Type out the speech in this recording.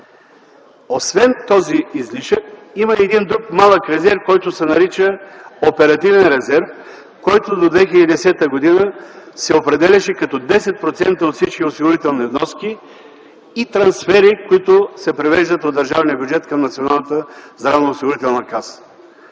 освен този излишък има и един друг малък резерв, който се нарича оперативен резерв. До 2010 г. той се определяше като 10% от всички осигурителни вноски и трансфери, които се превеждат от държавния бюджет към Националната здравноосигурителна каса.